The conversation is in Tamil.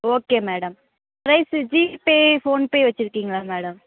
okay madam price GPay PhonePe வச்சுருக்கீங்களா மேடம்